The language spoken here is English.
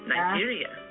Nigeria